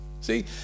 See